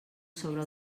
sobre